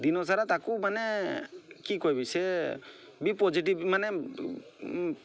ଦିନ ସାରା ତାକୁ ମାନେ କି କହିବି ସେ ବି ପଜିଟିଭ୍ ମାନେ